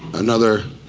another,